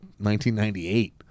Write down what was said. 1998